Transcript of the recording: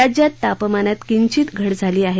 राज्यात तापमानात किंचित घट झाली आहे